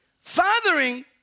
Fathering